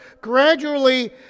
gradually